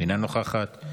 אינה נוכחת,